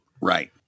Right